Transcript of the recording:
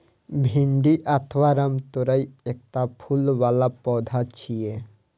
भिंडी अथवा रामतोरइ एकटा फूल बला पौधा छियै